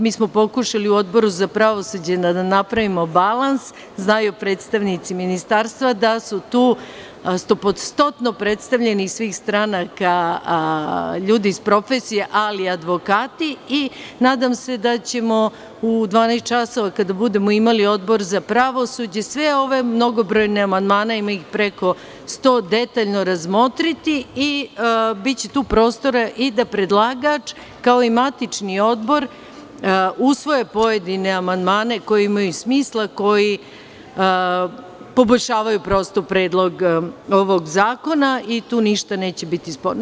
Mi smo pokušali u Odboru za pravosuđe da napravimo balans, znaju predstavnici Ministarstva da su tu stopostotno predstavljeni iz svih stranaka, ljudi iz profesije, ali i advokati i nadam se da ćemo u 12,00 časova, kada budemo imali Odbor za pravosuđe, sve ove mnogobrojne amandmane, ima ih preko sto, detaljno razmotriti i biće tu prostora i da predlagač, kao i matični odbor, usvoje pojedine amandmane koji imaju smisla, koji poboljšavaju prosto predlog ovog zakona i tu ništa neće biti sporno.